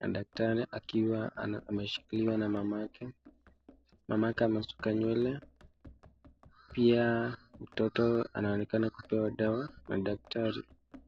na daktari akiwa ameshikiliwa na mamake. Mamake amesuka nywele. Pia, mtoto anaonekana kupewa dawa na daktari.